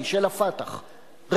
אנחנו רוצים לשמוע את חבר הכנסת אלדד.